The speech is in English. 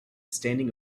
standing